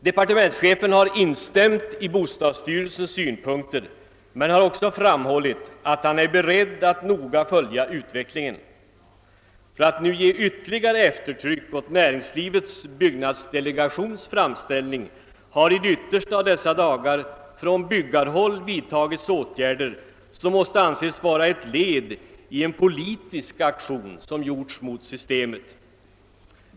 Departementschefen har instämt i bostadsstyrelsens synpunkter men har också framhållit att han är beredd att noga följa utvecklingen. För att ge ytterligare eftertryck åt Näringslivets byggnadsdelegations framställning har på de yttersta av dessa dagar från byggarhåll vidtagits åtgärder, som måste anses vara ett led i den politiska aktion som gjorts mot systemet.